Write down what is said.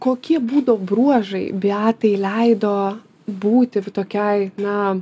kokie būdo bruožai beatai leido būti va tokiai na